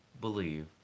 believe